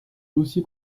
aussi